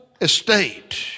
estate